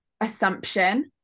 assumption